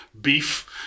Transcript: beef